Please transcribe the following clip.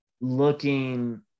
looking